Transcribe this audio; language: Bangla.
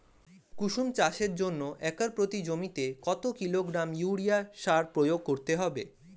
কুসুম চাষের জন্য একর প্রতি জমিতে কত কিলোগ্রাম ইউরিয়া সার প্রয়োগ করতে হবে?